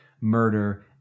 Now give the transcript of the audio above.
murder